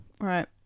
Right